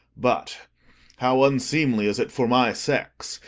but how unseemly is it for my sex,